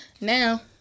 now